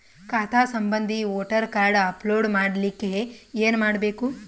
ಖಾತಾ ಸಂಬಂಧಿ voter card upload ಮಾಡಲಿಕ್ಕೆ ಏನ ಮಾಡಬೇಕು?